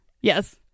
yes